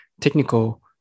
technical